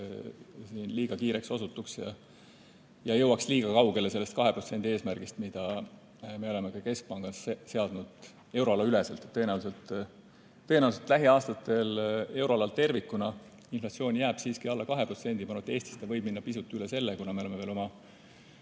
liiga kiireks osutuks ja jõuaks liiga kaugele sellest 2% eesmärgist, mida me oleme keskpangas seadnud euroalaüleselt. Tõenäoliselt lähiaastatel euroalal tervikuna inflatsioon jääb siiski alla 2%. Eestis ta võib minna pisut üle selle, kuna me oleme veel oma